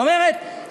זאת אומרת,